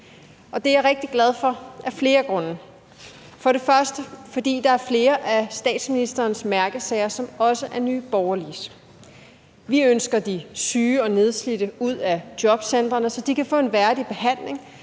det er jeg rigtig glad for af flere grunde. Der er flere af statsministerens mærkesager, som også er Nye Borgerliges. Vi ønsker de syge og nedslidte ud af jobcentrene, så de kan få en værdig behandling